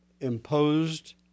imposed